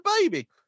baby